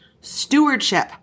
stewardship